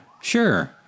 Sure